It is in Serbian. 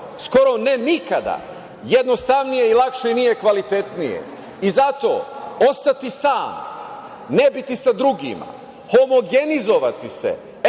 skoro ne nikada, jednostavnije i lakše nije kvalitetnije. Zato, ostati sam, ne biti sa drugima, homogenizovati se,